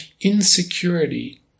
insecurity